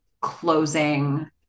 closing